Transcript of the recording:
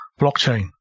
blockchain